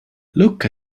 lucca